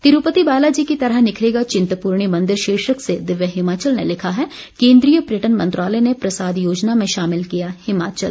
तिरूपति बालाजी की तरह निखरेगा चिंतपूर्णी मंदिर शीर्षक से दिव्य हिमाचल ने लिखा है केंदीय पर्यटन मंत्रालय ने प्रसाद योजना में शामिल किया हिमाचल